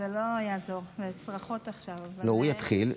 הוא יתחיל,